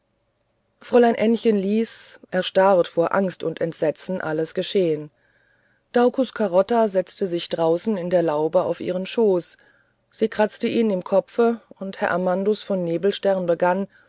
fräulein ännchen ließ erstarrt vor angst und entsetzen alles geschehen daucus carota setzte sich draußen in der laube auf ihren schoß sie kratzte ihn im kopfe und herr amandus von nebelstern begann